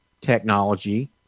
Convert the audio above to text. technology